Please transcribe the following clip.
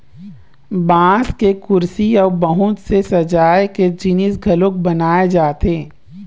बांस के कुरसी अउ बहुत से सजाए के जिनिस घलोक बनाए जाथे